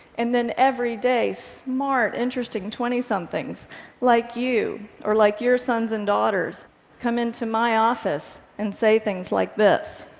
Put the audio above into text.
and then every day, smart, interesting twentysomethings like you or like your sons and daughters come into my office and say things like this